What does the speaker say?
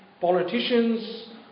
Politicians